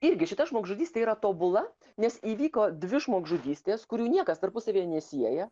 irgi šita žmogžudystė yra tobula nes įvyko dvi žmogžudystės kurių niekas tarpusavyje nesieja